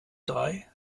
drei